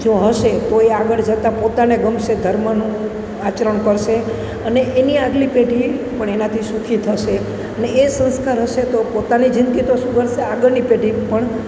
જો હશે તો એ આગળ જતાં પોતાને ગમશે ધર્મનું આચરણ કરશે અને એની આગલી પેઢી પણ એનાથી સુખી થશે ને એ સંસ્કાર હશે તો પોતાની જિંદગી તો સુધરશે આગળની પેઢી પણ